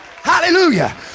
Hallelujah